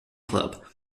club